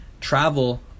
Travel